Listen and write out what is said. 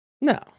no